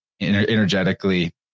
energetically